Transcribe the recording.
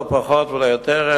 לא פחות ולא יותר,